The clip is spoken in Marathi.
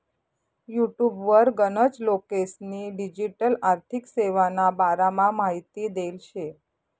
युटुबवर गनच लोकेस्नी डिजीटल आर्थिक सेवाना बारामा माहिती देल शे